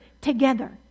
together